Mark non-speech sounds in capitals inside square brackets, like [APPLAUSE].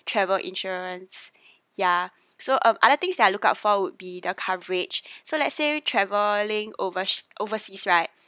travel insurance ya so um other things that I look out for would be the coverage [BREATH] so let's say travelling over~ overseas right